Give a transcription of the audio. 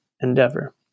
endeavor